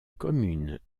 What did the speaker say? commune